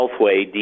Healthway